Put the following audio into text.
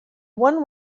one